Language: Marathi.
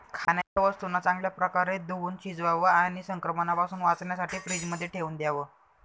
खाण्याच्या वस्तूंना चांगल्या प्रकारे धुवुन शिजवावं आणि संक्रमणापासून वाचण्यासाठी फ्रीजमध्ये ठेवून द्याव